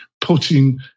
putting